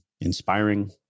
inspiring